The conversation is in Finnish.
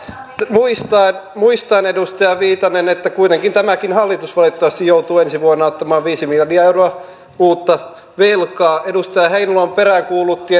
muistaen muistaen edustaja viitanen että kuitenkin tämäkin hallitus valitettavasti joutuu ensi vuonna ottamaan viisi miljardia euroa uutta velkaa edustaja heinäluoma peräänkuulutti